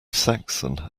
saxon